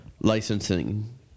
licensing